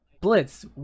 blitz